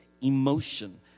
emotion